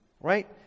right